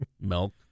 Milk